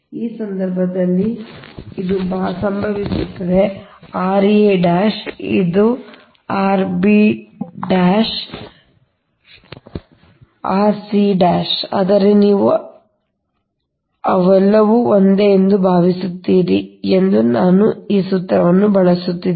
ಈ ಸಂದರ್ಭದಲ್ಲಿ ಇದು ಸಂಭವಿಸುತ್ತದೆ ra ಇದು ಸಂಭವಿಸುತ್ತದೆ rb ಇದು ಸಂಭವಿಸುತ್ತದೆ rc ಆದರೆ ನೀವು ಅವರು ಒಂದೇ ಎಂದು ಭಾವಿಸುತ್ತೀರಿ ಮತ್ತು ನಾನು ಈ ಸೂತ್ರವನ್ನು ಬಳಸುತ್ತಿದ್ದೇನೆ